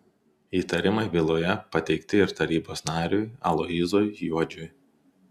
įtarimai byloje pateikti ir tarybos nariui aloyzui juodžiui